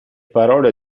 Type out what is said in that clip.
parole